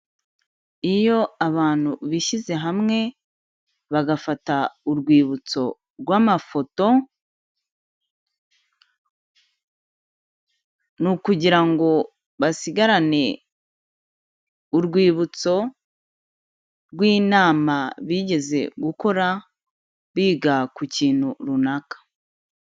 Iyo abantu bishyize hamwe bagafata urwibutso rw'amafoto, ni ukugira ngo basigarane urwibutso rw'inama bigeze gukora biga ku kintu runaka.